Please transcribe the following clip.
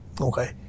okay